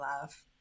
love